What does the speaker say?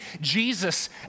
Jesus